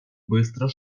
быстро